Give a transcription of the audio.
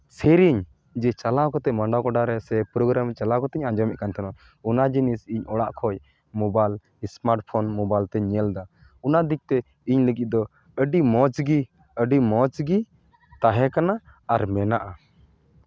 ᱥᱮᱨᱮᱧ ᱡᱮ ᱪᱟᱞᱟᱣ ᱠᱟᱛᱮ ᱢᱟᱰᱣᱟ ᱜᱚᱰᱟ ᱨᱮ ᱥᱮ ᱯᱨᱚᱜᱨᱟᱢ ᱪᱟᱞᱟᱣ ᱠᱟᱛᱮᱧ ᱟᱸᱡᱚᱢᱮᱜ ᱠᱟᱱ ᱛᱟᱦᱮᱱᱟ ᱚᱱᱟ ᱡᱤᱱᱤᱥ ᱤᱧ ᱚᱲᱟᱜ ᱠᱷᱚᱡ ᱢᱳᱵᱟᱭᱤᱞ ᱤᱥᱢᱟᱨᱴ ᱯᱷᱳᱱ ᱢᱳᱵᱟᱭᱤᱞ ᱛᱮᱧ ᱧᱮᱞ ᱮᱫᱟ ᱚᱱᱟ ᱫᱤᱠ ᱛᱮ ᱤᱧ ᱞᱟᱹᱜᱤᱫ ᱫᱚ ᱟᱹᱰᱤ ᱢᱚᱡᱽ ᱜᱮ ᱟᱹᱰᱤ ᱢᱚᱡᱽ ᱜᱮ ᱛᱟᱦᱮᱸ ᱠᱟᱱᱟ ᱟᱨ ᱢᱮᱱᱟᱜᱼᱟ